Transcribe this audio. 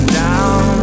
down